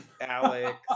Alex